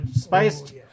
spiced